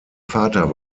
vater